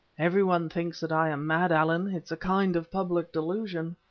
everyone thinks that i am mad, allan it is a kind of public delusion,